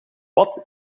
wat